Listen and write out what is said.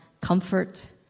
comfort